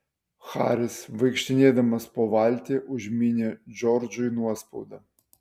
haris vaikštinėdamas po valtį užmynė džordžui nuospaudą